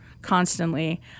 constantly